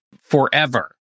forever